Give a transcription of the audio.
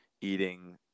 eating